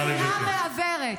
השנאה מעוורת.